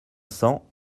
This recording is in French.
cents